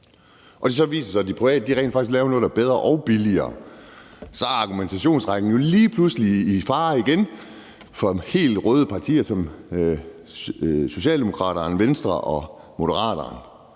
og det så viser sig, at de private rent faktisk laver noget, der både er bedre og billigere. Så er argumentationsrækken jo lige pludselig i fare igen for partier som Socialdemokraterne, Venstre og Moderaterne,